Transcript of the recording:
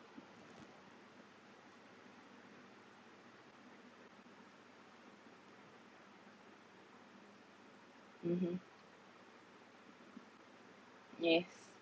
mmhmm yes